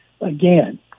Again